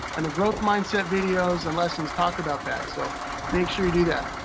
and the growth mindset videos and lessons talk about that, so make sure you do that.